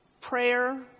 prayer